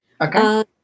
Okay